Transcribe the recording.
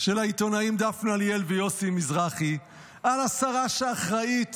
של העיתונאים דפנה ליאל ויוסי מזרחי על השרה שאחראית